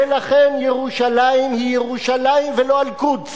לכן ירושלים היא ירושלים ולא "אל-קודס".